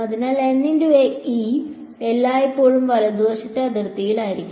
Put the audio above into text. അതിനാൽ എല്ലായ്പ്പോഴും വലതുവശത്തെ അതിർത്തിയിലായിരിക്കും